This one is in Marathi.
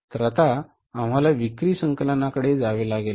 तर आता आम्हाला विक्री संकलनाकडे जावे लागेल